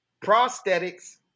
Prosthetics